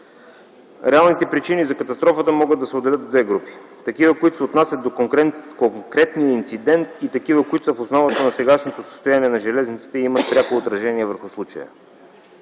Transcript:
Реалните причини за катастрофата могат да се отделят в две групи: такива, които се отнасят до конкретни инциденти и такива, които са в основата на сегашното състояние на железниците и имат пряко отражение върху случая.